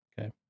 Okay